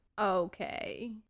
Okay